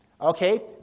Okay